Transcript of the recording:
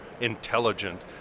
intelligent